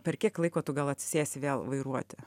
per kiek laiko tu gal atsisėsi vėl vairuoti